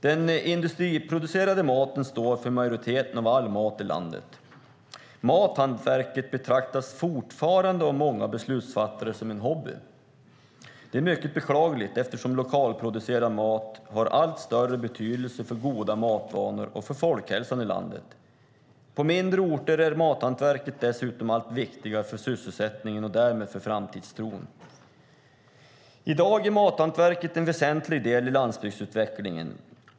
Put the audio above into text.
Den industriproducerade maten står för majoriteten av all mat i landet. Mathantverket betraktas fortfarande av många beslutsfattare som en hobby. Det är mycket beklagligt eftersom lokalproducerad mat har allt större betydelse för goda matvanor och för folkhälsan i landet. På mindre orter är mathantverket dessutom allt viktigare för sysselsättningen och därmed för framtidstron. I dag är mathantverket en väsentlig del i landsbygdsutvecklingen.